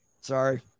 Sorry